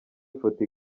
ifoto